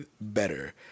better